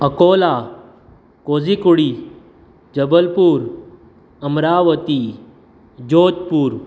Ankola Kozhikode Jabalpur Amravati Jodhpur